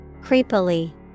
creepily